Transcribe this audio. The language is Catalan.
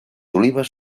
olives